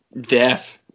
Death